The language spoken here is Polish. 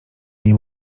nie